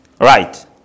Right